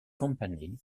company